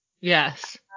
Yes